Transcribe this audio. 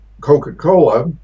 Coca-Cola